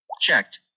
Checked